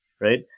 right